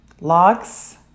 logs